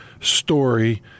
story